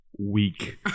Weak